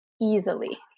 easily